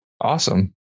Awesome